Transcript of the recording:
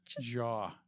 jaw